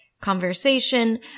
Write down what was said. conversation